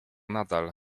nadal